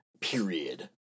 Period